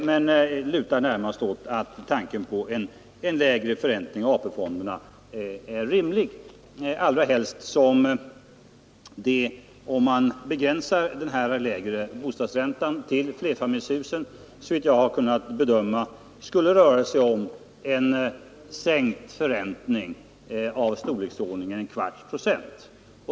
Jag lutar närmast åt att en lägre förräntning av AP-fonderna är rimlig, allra helst som det, om man begränsar denna lägre bostadsränta till flerfamiljshusen, skulle röra sig om en sänkt förräntning av storleksordningen en kvarts procent.